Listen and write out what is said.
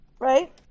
right